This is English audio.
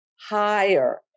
higher